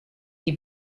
die